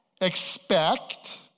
expect